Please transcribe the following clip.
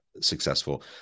successful